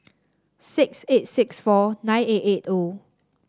six eight six four nine eight eight O